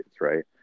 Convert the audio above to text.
Right